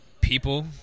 people